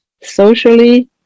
socially